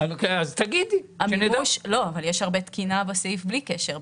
אבל יש הרבה תקינה בסעיף בלי קשר.